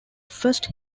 first